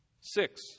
six